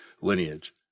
lineage